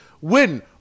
Win